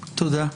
תודה.